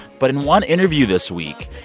but in one interview this week,